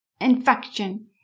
infection